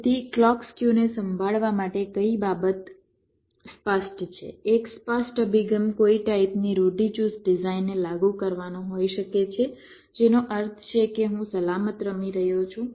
તેથી ક્લૉક સ્ક્યુને સંભાળવા માટે કઈ સ્પષ્ટ બાબત છે એક સ્પષ્ટ અભિગમ કોઈ ટાઇપની ઋઢિચુસ્ત ડિઝાઇનને લાગુ કરવાનો હોઈ શકે છે જેનો અર્થ છે કે હું સલામત રમી રહ્યો છું